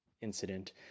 incident